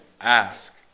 ask